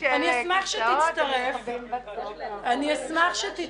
אני אשמח שתצטרף אלינו.